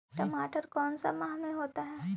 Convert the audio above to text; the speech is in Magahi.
टमाटर कौन सा माह में होता है?